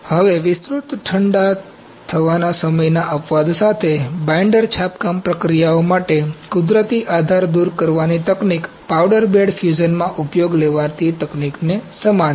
હવે વિસ્તૃત ઠંડા થવાના સમયના અપવાદ સાથે બાઈન્ડર છાપકામ પ્રક્રિયાઓ માટે કુદરતી આધાર દૂર કરવાની તકનીક પાવડર બેડ ફ્યુઝનમાં ઉપયોગમાં લેવાતી તકનિકને સમાન છે